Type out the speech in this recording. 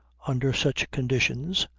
under such conditions,